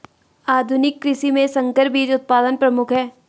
आधुनिक कृषि में संकर बीज उत्पादन प्रमुख है